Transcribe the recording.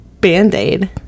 Band-aid